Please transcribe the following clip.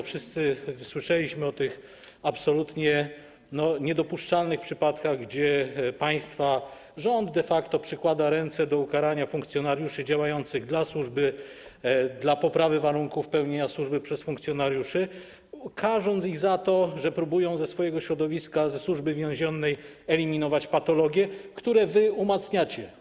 Wszyscy słyszeliśmy o tych absolutnie niedopuszczalnych przypadkach, w których de facto państwa rząd przykłada ręce do ukarania funkcjonariuszy działających dla służby, dla poprawy warunków pełnienia służby przez funkcjonariuszy, karząc ich za to, że próbują ze swojego środowiska, ze Służby Więziennej eliminować patologie, które wy umacniacie.